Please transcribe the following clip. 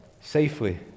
safely